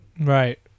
right